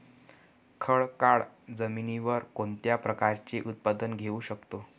खडकाळ जमिनीवर कोणत्या प्रकारचे उत्पादन घेऊ शकतो?